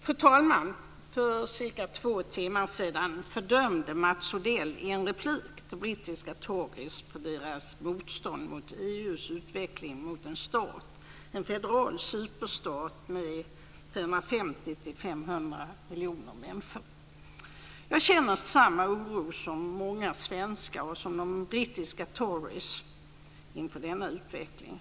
Fru talman! För cirka två timmar sedan fördömde Mats Odell i en replik de brittiska tories för deras motstånd mot EU:s utveckling till en stat, en federal superstat med 450-500 miljoner människor. Jag känner samma oro som många svenskar och de brittiska tories inför denna utveckling.